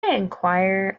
enquire